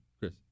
Chris